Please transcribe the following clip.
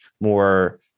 more